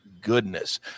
goodness